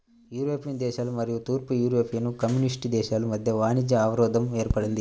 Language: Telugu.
యూరోపియన్ దేశాలు మరియు తూర్పు యూరోపియన్ కమ్యూనిస్ట్ దేశాల మధ్య వాణిజ్య అవరోధం ఏర్పడింది